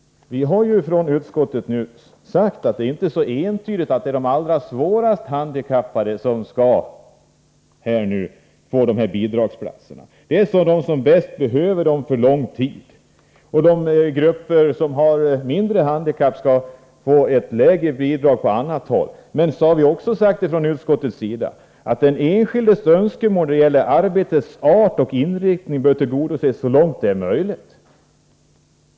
Vi har ju från utskottet sagt att det inte är så entydigt att det är de allra svårast handikappade som skall få dessa bidragsplatser. De som bäst behöver dem för lång tid skall få dem, och de grupper som har mindre handikapp skall få ett lägre bidrag på annat håll. Men så har vi också sagt från utskottets sida att den enskildes önskemål när det gäller arbetets art och inriktning bör tillgodoses så långt det är möjligt.